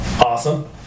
Awesome